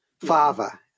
Father